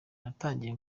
natangiye